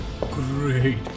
Great